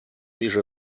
між